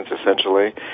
essentially